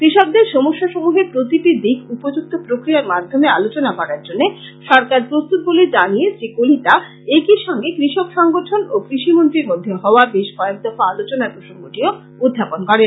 কৃষকদের সমস্যাসমূহের প্রতিটি দিক উপযুক্ত প্রক্রিয়ার মাধ্যমে আলোচনা করার জন্য সরকার প্রস্তুত বলে জানিয়ে শ্রী কলিতা একইসঙ্গে কষক সংগঠন ও কৃষি মন্ত্রীর মধ্যে হওয়া বেশ কয়েকদফা আলোচনার প্রসঙ্গটিও উখাপন করেন